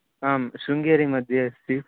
आं शृङ्गेरी मध्ये अस्ति